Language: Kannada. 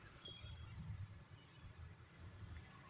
ಬ್ಯಾಂಕುಗಳು ಸ್ವೀಕರಿಸುವ ವಿವಿಧ ರೀತಿಯ ಠೇವಣಿಗಳು ಯಾವುವು?